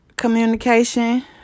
Communication